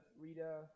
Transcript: Rita